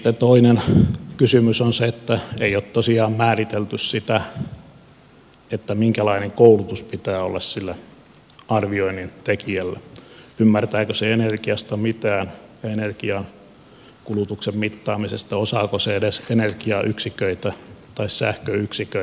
sitten toinen kysymys on se että ei ole tosiaan määritelty sitä minkälainen koulutus pitää olla sillä arvioinnin tekijällä ymmärtääkö hän energiasta mitään energiankulutuksen mittaamisesta osaako hän edes energiayksiköitä tai sähköyksiköitä